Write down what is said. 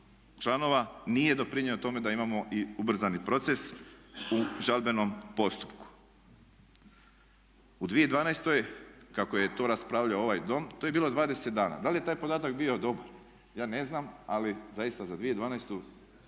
članova nije doprinio tome da imamo i ubrzani proces u žalbenom postupku. U 2012. kako je to raspravljao ovaj Dom to je bilo 20 dana. Da li je taj podatak bio dobar? Ja ne znam ali zaista za 2012.